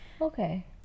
okay